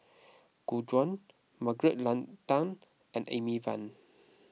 Gu Juan Margaret Leng Tan and Amy Van